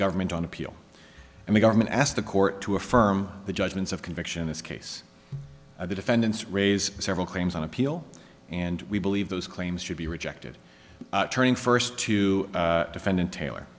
government on appeal and the government asked the court to affirm the judgments of conviction this case of the defendants raise several claims on appeal and we believe those claims should be rejected turning first to defendant taylor